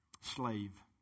Slave